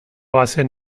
bazen